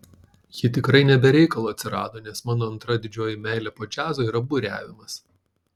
ji tikrai ne be reikalo atsirado nes mano antra didžioji meilė po džiazo yra buriavimas